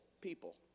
people